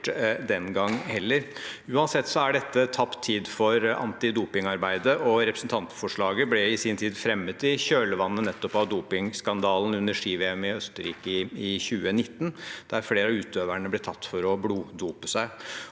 Uansett er dette tapt tid for antidopingarbeidet. Representantforslaget ble i sin tid fremmet i kjølvannet av nettopp dopingskandalen under ski-VM i Østerrike i 2019, der flere av utøverne ble tatt for å bloddope seg.